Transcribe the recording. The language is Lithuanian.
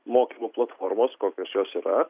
mokymų platformos kokios jos yra